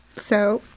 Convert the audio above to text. so,